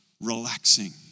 relaxing